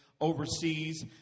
overseas